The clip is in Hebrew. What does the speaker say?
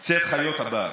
חיות הבר